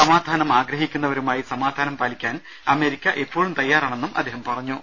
സമാ ധാനം ആഗ്രഹിക്കുന്നവരുമായി സമാധാനം പാലിക്കാൻ അമേരിക്ക എപ്പോഴും തയ്യാറാണെന്നും അദ്ദേഹം പറഞ്ഞു